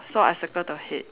orh so I circle the head